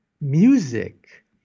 music